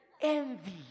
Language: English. envy